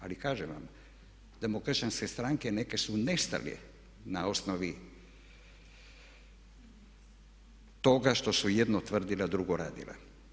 Ali kažem vam demokršćanske stranke neke su nestale na osnovi toga što su jedno tvrdili a drugo radili.